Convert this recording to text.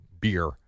beer